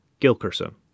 Gilkerson